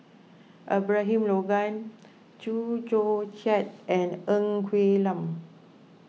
Abraham Logan Chew Joo Chiat and Ng Quee Lam